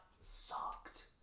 sucked